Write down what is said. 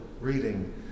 reading